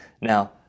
Now